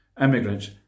immigrants